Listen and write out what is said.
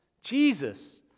Jesus